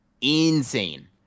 Insane